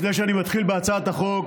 בהצעת החוק,